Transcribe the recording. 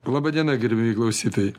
laba diena gerbiamieji klausytojai